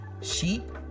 sheep